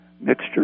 mixture